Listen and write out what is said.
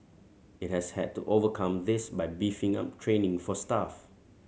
it has had to overcome this by beefing up training for staff